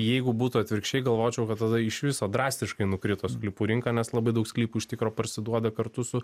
jeigu būtų atvirkščiai galvočiau kad tada iš viso drastiškai nukrito sklypų rinka nes labai daug sklypų iš tikro parsiduoda kartu su